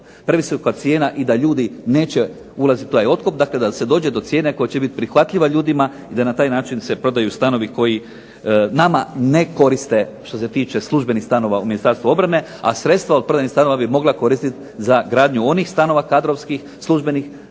previsoka cijena i da ljudi neće ulaziti u taj otkup, dakle da se dođe do cijene koja će biti prihvatljiva ljudima i da na taj način se prodaju stanovi koji nama ne koriste što se tiče službenih stanova u Ministarstvu obrane. A sredstva od prodanih stanova bi mogla koristiti za gradnju onih stanova kadrovskih, službenih na